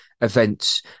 events